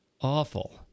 awful